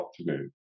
afternoon